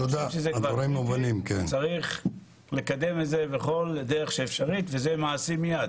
אני חושב שזה כבר צריך לקדם את זה בכל דרך אפשרית וזה מעשי מייד,